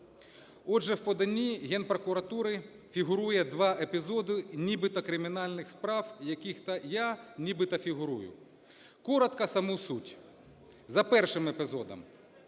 Отже, в поданні Генпрокуратури фігурує два епізоди нібито кримінальних справ, у яких я нібито фігурую. Коротко саму суть. За першим епізодом.